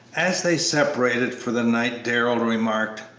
as they separated for the night darrell remarked,